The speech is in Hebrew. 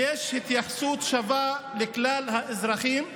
כשיש התייחסות שווה לכלל האזרחים,